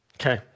Okay